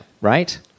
Right